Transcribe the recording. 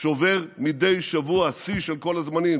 שובר מדי שבוע שיא של כל הזמנים.